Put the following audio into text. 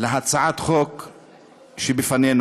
להצעת החוק שבפנינו,